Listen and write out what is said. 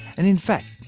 and in fact,